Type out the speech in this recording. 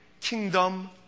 kingdom